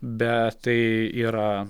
bet tai yra